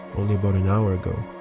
only about an hour ago.